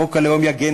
חוק הלאום יחזיר